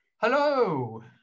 Hello